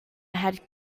had